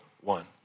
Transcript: one